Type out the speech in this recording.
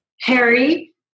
Harry